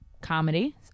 comedy